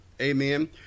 Amen